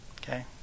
Okay